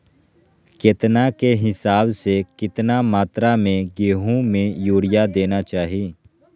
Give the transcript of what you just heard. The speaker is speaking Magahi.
केतना के हिसाब से, कितना मात्रा में गेहूं में यूरिया देना चाही?